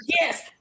Yes